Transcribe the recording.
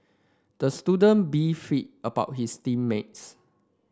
the student beefed about his team mates